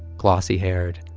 glossy-haired,